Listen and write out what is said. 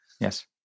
Yes